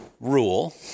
rule